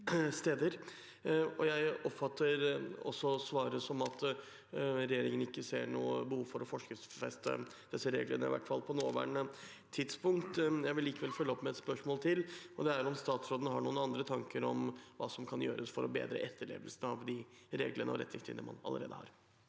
Jeg oppfatter også svaret som at regjeringen ikke ser noe behov for å forskriftsfeste disse reglene, i hvert fall ikke på nåværende tidspunkt. Jeg vil likevel følge opp med et spørsmål til. Har statsråden noen andre tanker om hva som kan gjøres for å bedre etterlevelsen av de reglene og retningslinjene man allerede har?